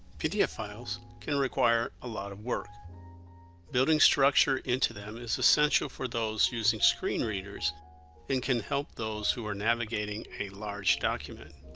pdf files can require a lot of work building structure into them is essential for those using screen readers and can help those who are navigating a large document